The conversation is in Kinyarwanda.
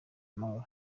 amahoro